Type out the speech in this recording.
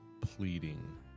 pleading